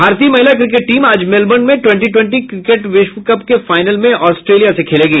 भारतीय महिला cricket team आज मेलबर्न में ट्वेंटी ट्वेटी क्रिकेट विश्व कप के फाइनल में ऑस्ट्रेलिया से खेलेगी